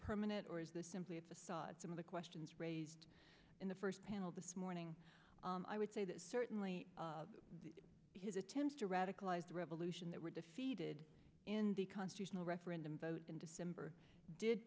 permanent or is this simply a facade some of the questions raised in the first panel this morning i would say that certainly his attempts to radicalize the revolution that were defeated in the constitutional referendum vote in december did